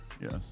Yes